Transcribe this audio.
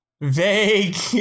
vague